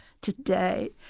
today